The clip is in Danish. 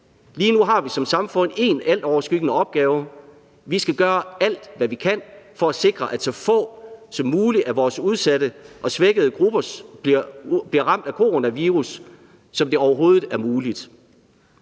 Lige nu har vi som samfund én altoverskyggende opgave: Vi skal gøre alt, hvad vi kan, for at sikre, at så få som muligt af vores udsatte og svækkede grupper bliver ramt af coronavirus. Det vil kræve en indsats